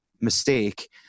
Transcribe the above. mistake